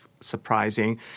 surprising